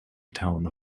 town